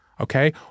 okay